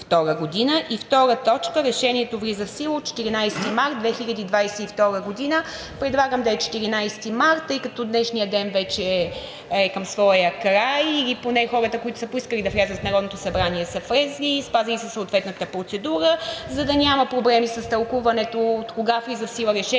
2022 г. 2. Решението влиза в сила от 14 март 2022 г.“ Предлагам да бъде 14 март, тъй като днешният ден е към своя край или поне хората, които са поискали да влязат в Народното събрание, са влезли, спазили са съответната процедура. За да няма проблеми с тълкуването откога влиза в сила Решението